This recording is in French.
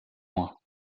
moi